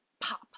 pop